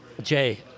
Jay